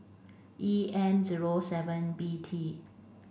E M zero seven B T